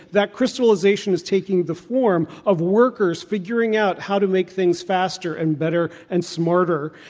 that crystallization is taking the form of workers figuring out how to make things faster, and better, and smarter.